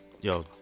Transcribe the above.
yo